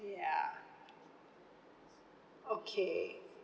ya okay